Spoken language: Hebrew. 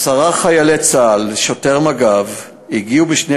עשרה חיילי צה"ל ושוטר מג"ב הגיעו בשני